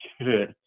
good